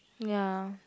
ya